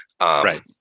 Right